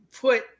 put